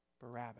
Barabbas